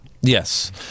Yes